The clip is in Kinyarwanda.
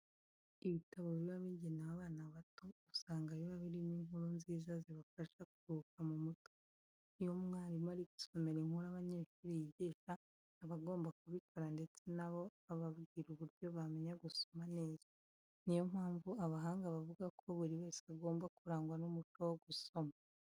Ibitabo biba bigenewe abana bato usanga biba birimo inkuru nziza zibafasha kuruhuka mu mutwe. Iyo umwarimu ari gusomera inkuru abanyeshuri yigisha, aba agomba kubikora ndetse na bo ababwira uburyo bamenya gusoma neza. Niyo mpamvu abahanga bavuga ko buri wese agomba kurangwa n'umuco wo gusoma.